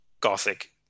gothic